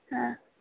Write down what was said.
हां